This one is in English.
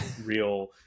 real